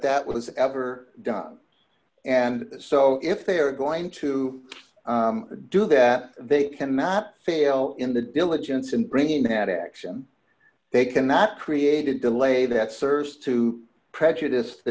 that was ever done and so if they are going to do that they cannot fail in the diligence in bringing an action they cannot create a delay that serves to prejudice the